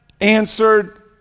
answered